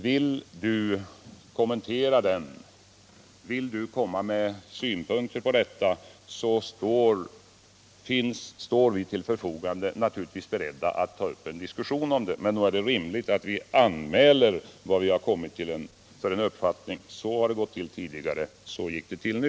Vill ni komma med synpunkter på detta, så är vi naturligtvis beredda att ta upp en diskussion om det.” Nog är det rimligt att vi anmäler vilken uppfattning vi har kommit till. Så har det gått till tidigare, och så gick det till nu.